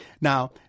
Now